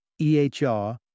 EHR